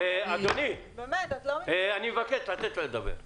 אדוני, אני מבקש לתת לה לדבר.